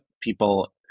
people